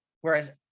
whereas